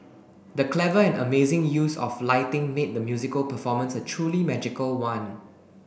the clever and amazing use of lighting made the musical performance a truly magical one